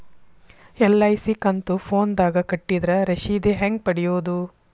LIC ಕಂತು ಫೋನದಾಗ ಕಟ್ಟಿದ್ರ ರಶೇದಿ ಹೆಂಗ್ ಪಡೆಯೋದು?